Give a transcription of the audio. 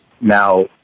Now